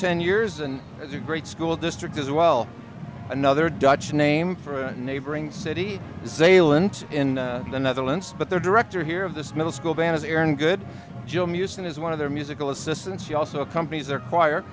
ten years and it's a great school district as well another dutch name for a neighboring city saillant in the netherlands but their director here of this middle school band is aaron good joe musician is one of their musical assistants she also companies are choir